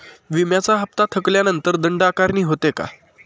विम्याचा हफ्ता थकल्यानंतर दंड आकारणी होते का?